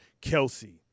Kelsey